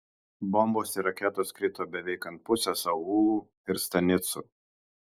bombos ir raketos krito beveik ant pusės aūlų ir stanicų